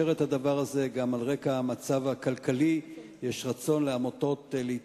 מוצע להסיר את המגבלה הקיימת ואת החסמים המונעים כיום למזג עמותות,